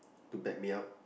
to back me up